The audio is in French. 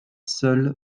seule